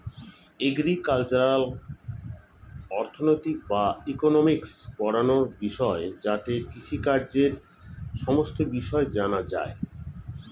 agricultural অর্থনীতি বা economics পড়াশোনার বিষয় যাতে কৃষিকাজের সমস্ত বিষয় জানা যায়